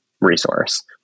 resource